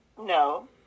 No